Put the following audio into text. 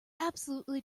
absolutely